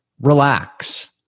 relax